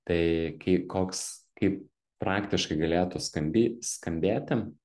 tai kai koks kaip praktiškai galėtų skambi skambėti